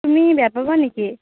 তুমি বেয়া পাবা নেকি